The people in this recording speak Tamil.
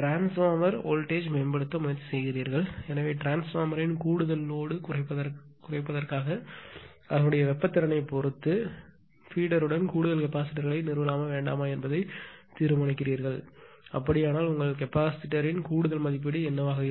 ட்ரான்ஸ்பார்மர் வோல்டேஜ் மேம்படுத்த முயற்சி செய்கிறீர்கள் எனவே ட்ரான்ஸ்பார்மர் யின் கூடுதல் சுமை குறைப்பதற்காக வெப்ப திறனை பொறுத்து பீடர் உடன் கூடுதல் கெப்பாசிட்டர்களை நிறுவலாமா வேண்டாமா என்பதைத் தீர்மானிக்கவும் அப்படியானால் உங்கள் கெப்பாசிட்டர் இன் கூடுதல் மதிப்பீடு என்னவாக இருக்கும்